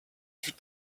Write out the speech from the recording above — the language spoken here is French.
fut